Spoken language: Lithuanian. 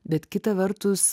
bet kita vertus